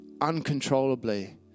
uncontrollably